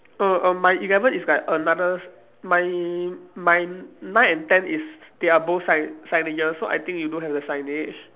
oh err my eleven is like another my my nine and ten is they are both sign signages so I think you don't have the signage